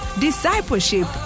discipleship